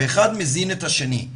ואחד מזין את השני.